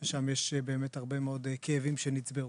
שם יש הרבה מאוד כאבים שנצברו.